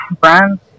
brands